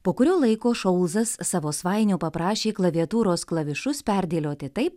po kurio laiko šolzas savo svainio paprašė klaviatūros klavišus perdėlioti taip